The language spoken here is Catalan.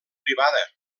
privada